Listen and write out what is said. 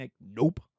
Nope